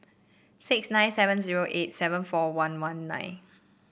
six nine seven zero eight seven four one one nine